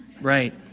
Right